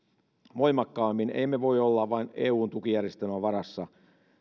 voimakkaammin emme voi olla vain eun tukijärjestelmän varassa